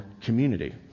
community